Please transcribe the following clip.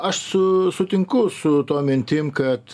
aš su sutinku su tom mintim kad